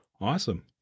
Awesome